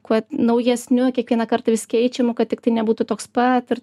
kuo naujesniu kiekvieną kartą vis keičiamu kad tiktai nebūtų toks pat ir